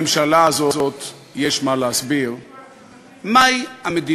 רונית נתנה לי רק עשר דקות, מה אני אעשה.